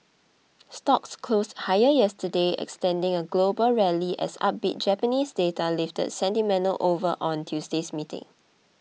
stocks closed higher yesterday extending a global rally as upbeat Japanese data lifted sentiment over on Tuesday's meeting